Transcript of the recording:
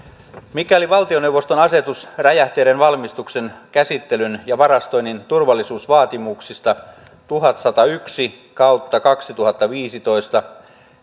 mikäli valtioneuvoston asetus räjähteiden valmistuksen käsittelyn ja varastoinnin turvallisuusvaatimuksista tuhatsatayksi kaksituhattaviisitoista